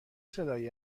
صدایی